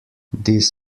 this